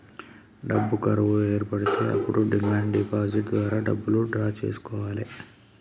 డబ్బు కరువు ఏర్పడితే అప్పుడు డిమాండ్ డిపాజిట్ ద్వారా డబ్బులు డ్రా చేసుకోవాలె